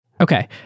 Okay